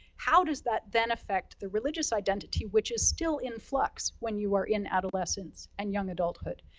how does that then affect the religious identity, which is still influx when you are in adolescence and young adulthood.